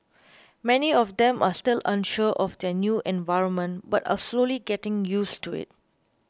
many of them are still unsure of their new environment but are slowly getting used to it